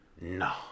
no